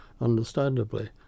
understandably